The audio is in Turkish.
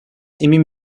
emin